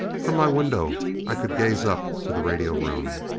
from my window i could gaze up to the radio room.